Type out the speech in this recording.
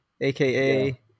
aka